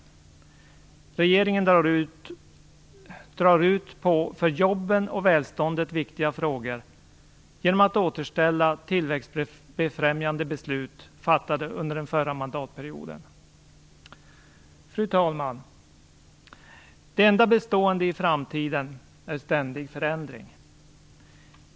Regeringen drar ut på för jobben och välståndet viktiga frågor genom att återställa tillväxtbefrämjande beslut fattade under den förra mandatperioden. Fru talman! Det enda bestående i framtiden är ständig förändring.